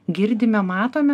girdime matome